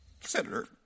Senator